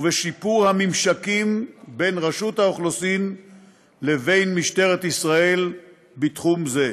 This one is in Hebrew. ובשיפור הממשקים בין רשות האוכלוסין ובין משטרת ישראל בתחום זה.